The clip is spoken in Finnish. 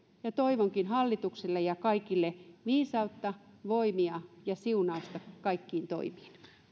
ja toivonkin hallitukselle ja kaikille viisautta voimia ja siunausta kaikkiin toimiin